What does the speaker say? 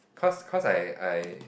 cause cause I I